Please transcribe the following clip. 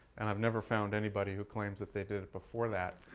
and i've never found anybody who claims that they did it before that.